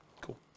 Cool